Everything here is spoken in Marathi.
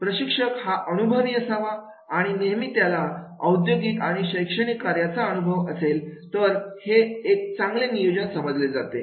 प्रशिक्षक हा अनुभवी असावा आणि नेहमी त्याला औद्योगिक आणि शैक्षणिक कार्याचा अनुभव असेल तर हे एक चांगले नियोजन समजले जाते